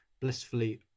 blissfully